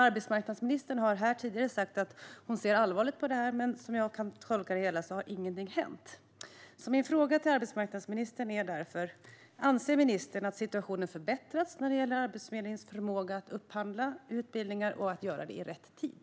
Arbetsmarknadsministern har tidigare sagt att hon ser allvarligt på detta, men som jag tolkar det hela har inget hänt. Min fråga till arbetsmarknadsministern är därför: Anser ministern att situationen har förbättrats när det gäller Arbetsförmedlingens förmåga att upphandla utbildningar och att göra det i rätt tid?